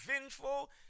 vengeful